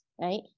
Right